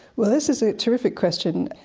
well this is a terrific question.